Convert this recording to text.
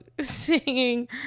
singing